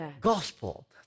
gospel